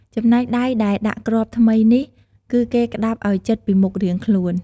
ចំណែកដៃដែលដាក់គ្រាប់ថ្មីនេះ គឺគេក្តាប់ឲ្យជិតពីមុខរៀងខ្លួន។